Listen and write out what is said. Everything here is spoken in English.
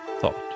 thought